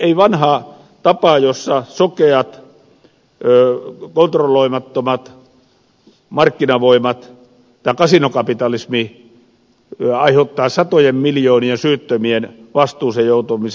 ei enää vanhaa tapaa jossa sokeat kontrolloimattomat markkinavoimat ja kasinokapitalismi aiheuttavat satojen miljoonien syyttömien vastuuseen ja maksuun joutumisen